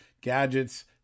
gadgets